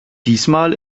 diesmal